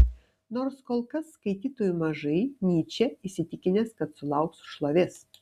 nors kol kas skaitytojų mažai nyčė įsitikinęs kad sulauks šlovės